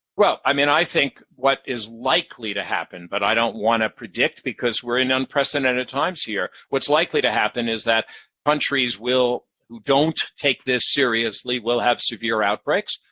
well, i mean i think what is likely to happen, but i don't want to predict, because we're in unprecedented times here. what's likely to happen is that countries who don't take this seriously will have severe outbreaks,